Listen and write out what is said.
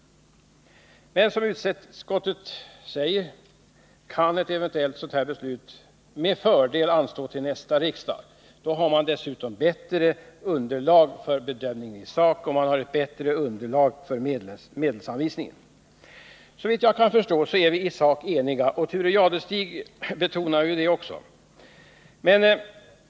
Som utskottet säger kan emellertid ett eventuellt sådant beslut med fördel anstå till nästa riksmöte. Då har man bättre underlag för bedömningen i sak och bättre underlag för ett ställningstagande när det gäller medelsanvisningen. Såvitt jag kan förstå är vi i sak eniga — också Thure Jadestig betonade ju detta.